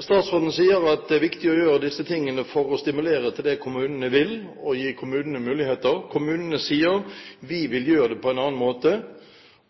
Statsråden sier at det er viktig å gjøre disse tingene for å stimulere til det kommunene vil, og gi kommunene muligheter. Kommunene sier: Vi vil gjøre det på en annen måte,